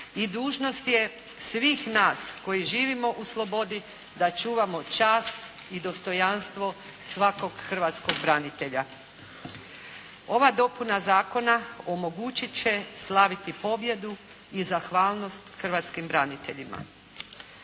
i dužnost je svih nas koji živimo u slobodi da čuvamo čast i dostojanstvo svakog hrvatskog branitelja. Ova dopuna zakona omogućiti će slaviti pobjedu i zahvalnost hrvatskim braniteljima.